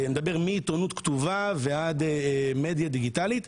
אני מדבר מעיתונות כתובה ועד מדיה דיגיטלית.